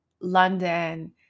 London